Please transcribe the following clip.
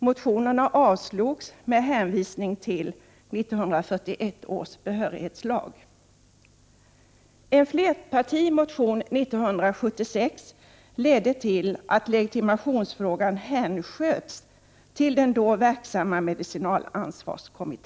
Motionerna avslogs med hänvisning till 1941 års behörighetslag. En flerpartimotion 1976 ledde till att legitimationsfrågan hänsköts till den då verksamma medicinalansvarskommittén.